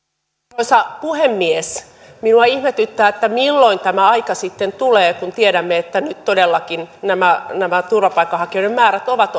arvoisa puhemies minua ihmetyttää että milloin tämä aika sitten tulee kun tiedämme että nyt todellakin nämä nämä turvapaikanhakijoiden määrät ovat